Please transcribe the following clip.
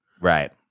Right